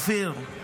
אופיר,